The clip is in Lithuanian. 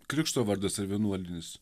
krikšto vardas ar vienuolinis